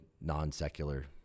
non-secular